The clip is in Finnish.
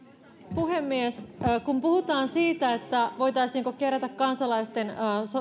puhemies kun puhutaan siitä voitaisiinko kerätä kansalaisten